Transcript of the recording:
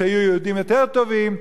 שיהיו יהודים יותר טובים,